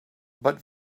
but